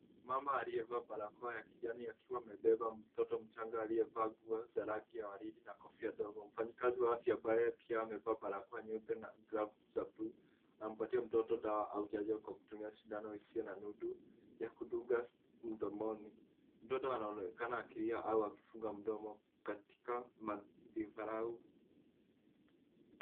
Mama aliyevaa barakoa ya kijani akiwa amebeba mtoto mchanga aliyevaa nguo za rangi ya ua ridi na kofia ndogo. Mfanyikazi wa afya ambaye yeye pia amevaa barakoa nyeupe na glavu za bluu na anampatia mtoto dawa au chanjo kwa kutumia sindano isiyo na nundu ya kudunga mdomoni. Mtoto anaonekana akilia au akifunga mdomo katika mathifarao.